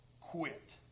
quit